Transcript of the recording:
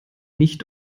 nicht